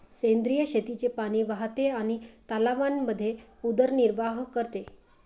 सेंद्रिय शेतीचे पाणी वाहते आणि तलावांमध्ये उदरनिर्वाह करते